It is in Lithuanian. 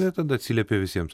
ir tada atsiliepia visiems